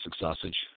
sausage